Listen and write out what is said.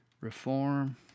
Reform